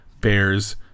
Bears